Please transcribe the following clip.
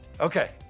Okay